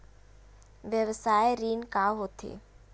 व्यवसाय ऋण का होथे?